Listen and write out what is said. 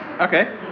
Okay